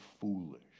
foolish